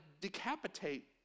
decapitate